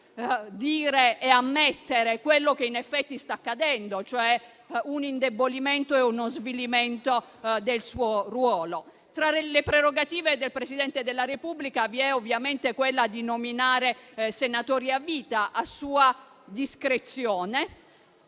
dire e ammettere quello che in effetti sta accadendo, e cioè un indebolimento e uno svilimento del suo ruolo. Tra le prerogative del Presidente della Repubblica vi è ovviamente quella di nominare senatori a vita a sua discrezione.